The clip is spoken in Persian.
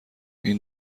این